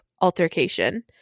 altercation